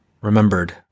Remembered